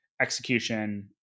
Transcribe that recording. execution